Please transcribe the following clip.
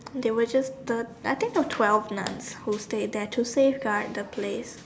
they were just the I think there was twelve nuns who stayed there to safeguard the place